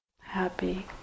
happy